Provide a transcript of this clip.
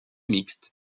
mixte